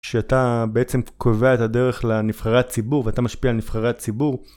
שאתה בעצם קובע את הדרך לנבחרי הציבור, ואתה משפיע על נבחרי הציבור.